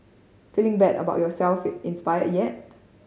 feeling bad about yourself inspired yet